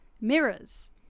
Mirrors